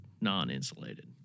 non-insulated